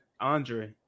Andre